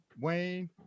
wayne